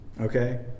Okay